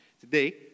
today